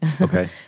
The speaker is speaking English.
okay